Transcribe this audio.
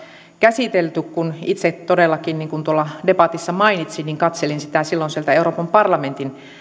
käsitelty kun itse todellakin niin kuin tuolla debatissa mainitsin katselin sitä silloin euroopan parlamentin